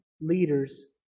leaders